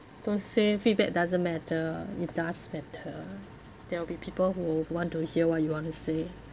don't say feedback doesn't matter it does matter there will be people who want to hear what you want to say